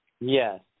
Yes